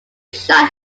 shot